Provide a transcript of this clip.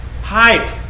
hype